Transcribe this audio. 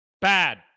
bad